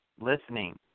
listening